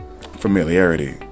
familiarity